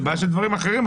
זה בעיה של דברים אחרים.